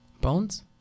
bones